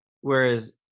Whereas